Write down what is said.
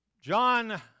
John